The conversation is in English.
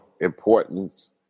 importance